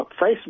Facebook